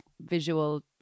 visual